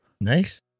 Nice